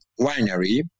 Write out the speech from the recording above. winery